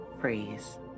phrase